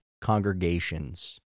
congregations